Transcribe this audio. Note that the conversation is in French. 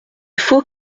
faut